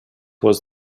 was